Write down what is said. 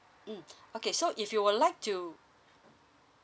mm okay so if you would like to